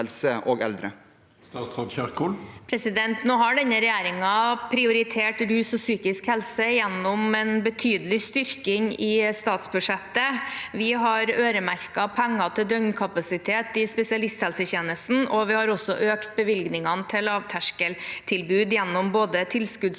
Denne regjer- ingen har prioritert rus og psykisk helse gjennom en betydelig styrking i statsbudsjettet. Vi har øremerket penger til døgnkapasitet i spesialisthelsetjenesten, og vi har også økt bevilgningene til lavterskeltilbud gjennom både tilskuddsordninger